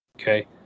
okay